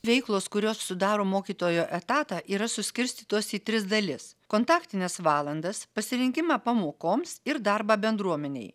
veiklos kurios sudaro mokytojo etatą yra suskirstytos į tris dalis kontaktines valandas pasirengimą pamokoms ir darbą bendruomenei